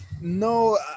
No